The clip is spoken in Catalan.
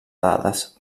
dades